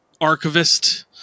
archivist